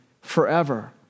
forever